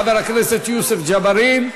חבר הכנסת יוסף ג'בארין,